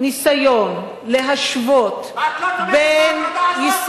כל ניסיון להשוות בין, את לא תומכת בהפרדה הזאת?